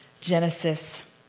Genesis